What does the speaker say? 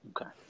Okay